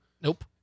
nope